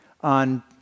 on